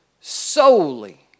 solely